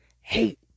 hate